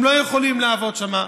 הם לא יכולים לעבוד שם,